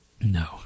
no